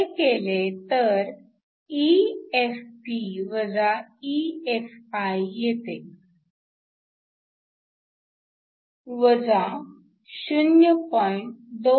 हे केले तर EFp EFi येते 0